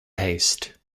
haste